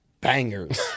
Bangers